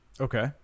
okay